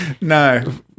No